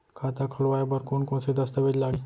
खाता खोलवाय बर कोन कोन से दस्तावेज लागही?